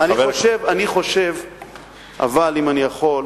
אני חושב, אבל, אם אני יכול,